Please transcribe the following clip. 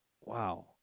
wow